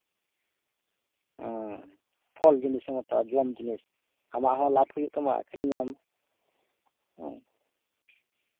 ᱦᱩᱸ ᱯᱷᱚᱞ ᱡᱤᱱᱤᱥᱮᱢ ᱦᱟᱛᱟᱣᱟ ᱡᱚᱢ ᱫᱤᱱᱤᱥ ᱟᱢᱟᱜ ᱦᱚᱸ ᱞᱟᱵ ᱦᱩᱭᱩᱜ ᱛᱟᱢᱟ ᱟᱹᱠᱷᱨᱤᱧᱟᱢ ᱦᱩᱸ